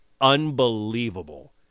unbelievable